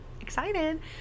excited